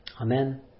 Amen